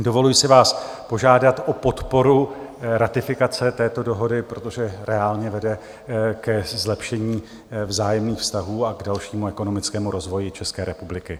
Dovoluji si vás požádat o podporu ratifikace této dohody, protože reálně vede ke zlepšení vzájemných vztahů a k dalšímu ekonomickému rozvoji České republiky.